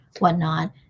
whatnot